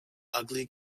ugly